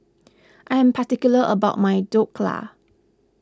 I am particular about my Dhokla